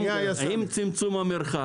עם צמצום המרחק,